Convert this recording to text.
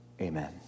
Amen